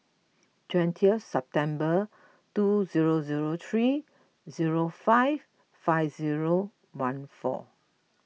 twentieth September two zero zero three zero five five zero one four